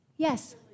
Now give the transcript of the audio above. Yes